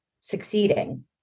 succeeding